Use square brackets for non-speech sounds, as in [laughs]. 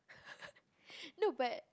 [laughs] no but